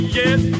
yes